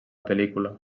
pel·lícula